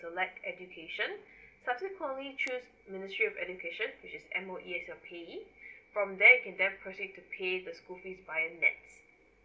select education subsequently choose ministry of education which is M_O_E as a payee from there you can then proceed to pay the school fees via NETS